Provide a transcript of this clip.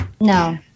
No